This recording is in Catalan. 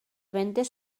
vendes